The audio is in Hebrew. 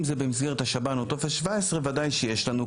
אם זה במסגרת השב"ן או טופס 17 ודאי שיש לנו,